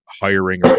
hiring